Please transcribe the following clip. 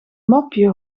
mopje